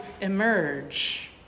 emerge